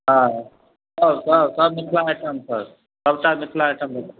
हँ सब सब मिथिला आइटम सर सबटा मिथिला आइटम